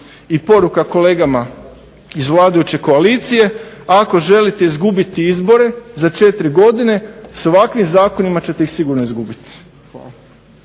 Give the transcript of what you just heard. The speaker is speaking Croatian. I poruka kolegama iz vladajuće koalicije ako želite izgubiti izbore za 4 godine s ovakvim zakonima ćete ih sigurno izgubiti.